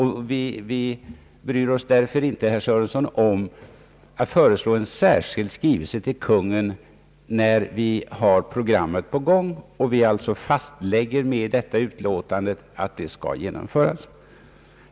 Vi bryr oss därför, herr Sörenson, inte om att föreslå en särskild skrivelse till Kungl. Maj:t. Verksamheten är ju i gång, och vi fastlägger med detta utlåtande att programmet skall genomföras.